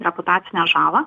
reputacinę žalą